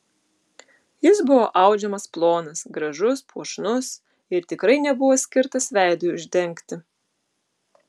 jis buvo audžiamas plonas gražus puošnus ir tikrai nebuvo skirtas veidui uždengti